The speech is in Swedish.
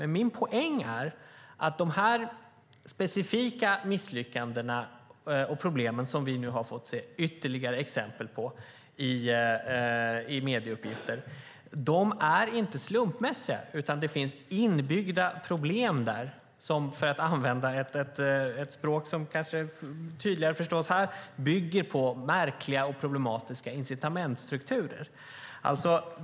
Men min poäng är att de specifika misslyckanden och problem som vi nu har fått se ytterligare exempel på i medieuppgifter inte är slumpmässiga. Det finns inbyggda problem där som, för att använda ett språk som kanske är tydligare och förstås bättre här, bygger på märkliga och problematiska incitamentsstrukturer.